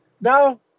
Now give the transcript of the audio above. Now